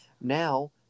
now